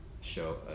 show